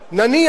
נניח.